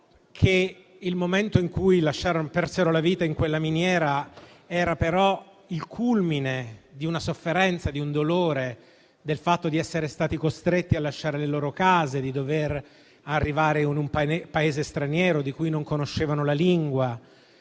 che il momento in cui persero la vita in quella miniera era il culmine di una sofferenza e di un dolore, del fatto di essere stati costretti a lasciare le loro case e di dover arrivare in un Paese straniero, di cui non conoscevano la lingua.